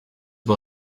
but